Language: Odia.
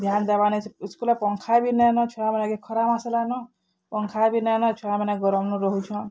ଧ୍ୟାନ୍ ଦେବା ନାଇଁ ସେ ସ୍କୁଲ୍ରେ ପଙ୍ଖା ବି ନାଇଁନ ଛୁଆ ମାନେ କେ ଖରା ମାସ ହେଲାନ ପଙ୍ଖା ବି ନାଇଁନ ଛୁଆ ମାନେ ଗର୍ମ ନେ ରହୁଛନ୍